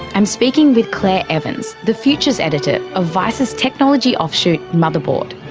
i'm speaking with claire evans, the futures editor of vice's technology offshoot motherboard.